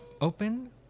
open